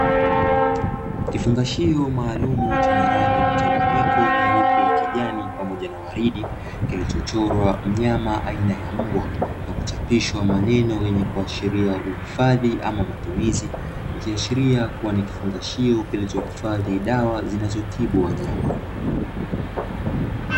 Kifungashio maalumu chenye rangi mchanganyiko nyeupe, kijani pamoja na waridi; kilichochorwa mnyama aina ya mbwa na kuchapishwa maneno yenye kuashiria uhifadhi ama matumizi. Ikiashiria kuwa ni kifungashio kilichohifadhi dawa zinazotibu wanyama.